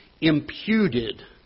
imputed